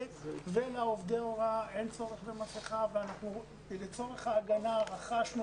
לעובדי הוראה אין צורך במסכה ולצורך ההגנה רכשנו